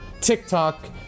TikTok